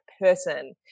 person